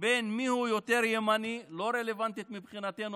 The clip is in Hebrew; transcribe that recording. על מיהו יותר ימני לא רלוונטית מבחינתנו.